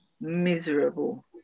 miserable